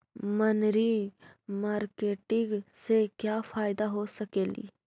मनरी मारकेटिग से क्या फायदा हो सकेली?